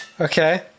okay